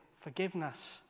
forgiveness